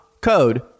code